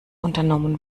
unternommen